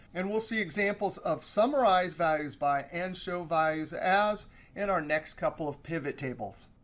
and we'll see examples of summarize values by and show values as in our next couple of pivottables.